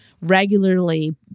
regularly